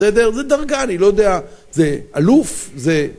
זה דרגה, אני לא יודע, זה אלוף, זה...